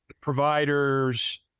providers